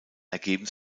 ergeben